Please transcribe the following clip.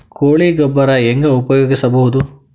ಕೊಳಿ ಗೊಬ್ಬರ ಹೆಂಗ್ ಉಪಯೋಗಸಬಹುದು?